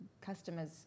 customers